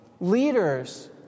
leaders